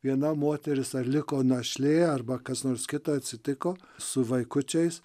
viena moteris ar liko našlė arba kas nors kita atsitiko su vaikučiais